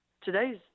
Today's